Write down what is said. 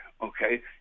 okay